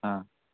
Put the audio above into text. हां